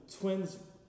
twins